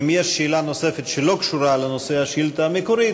אם יש שאלה נוספת שלא קשורה לנושא השאילתה המקורית,